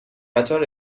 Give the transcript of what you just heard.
قطار